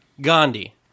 Gandhi